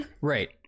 Right